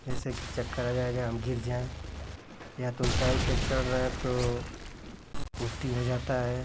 जैसे कि चक्कर आ जाएगा हम गिर जाएँ या तो ऊँचाई पर चढ़ रहे हैं तो उल्टी हो जाता है